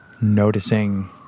noticing